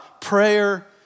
Prayer